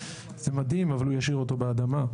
זה מדהים אבל הוא ישאיר אותו באדמה,